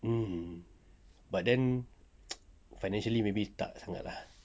um but then financially maybe tak sangat lah